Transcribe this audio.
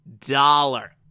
dollar